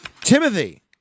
Timothy